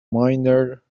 minor